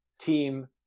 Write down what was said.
team